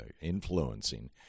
influencing